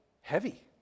heavy